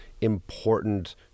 important